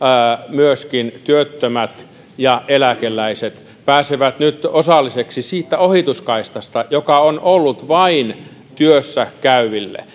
myöskin työttömät ja eläkeläiset pääsevät nyt osallisiksi siitä ohituskaistasta joka on ollut vain työssäkäyville